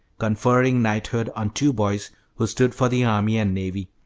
conferring knighthood on two boys who stood for the army and navy,